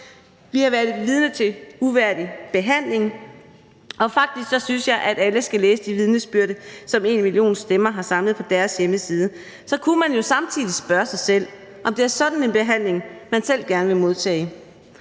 Vi har været vidne til uværdig behandling. Og faktisk synes jeg, at alle skal læse de vidnesbyrd, som #enmillionstemmer har samlet på deres hjemmeside. Så kunne man jo samtidig spørge sig selv, om det er sådan en behandling, man selv gerne vil modtage.